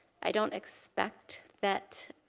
i don't expect that